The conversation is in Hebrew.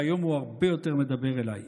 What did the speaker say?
והיום הוא הרבה יותר מדבר אליי.